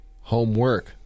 Homework